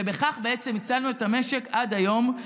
ובכך בעצם הצלנו את המשק עד היום.